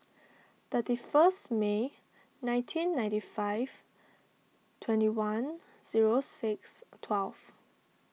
thirty first May nineteen ninety five twenty one zero six twelve